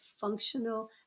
functional